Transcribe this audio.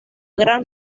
gran